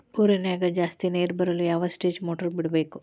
ಬೋರಿನ್ಯಾಗ ಜಾಸ್ತಿ ನೇರು ಬರಲು ಯಾವ ಸ್ಟೇಜ್ ಮೋಟಾರ್ ಬಿಡಬೇಕು?